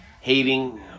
Hating